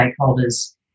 stakeholders